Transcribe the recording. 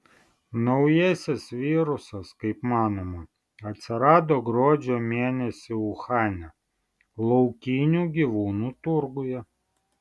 naujasis virusas kaip manoma atsirado gruodžio mėnesį uhane laukinių gyvūnų turguje